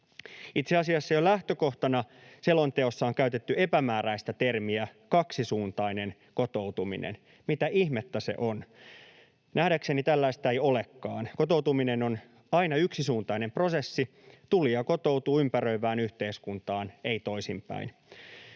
Itse asiassa jo lähtökohtana selonteossa on käytetty epämääräistä termiä ”kaksisuuntainen kotoutuminen”. Mitä ihmettä se on? Nähdäkseni tällaista ei olekaan. Kotoutuminen on aina yksisuuntainen prosessi: tulija kotoutuu ympäröivään yhteiskuntaan, ei toisinpäin.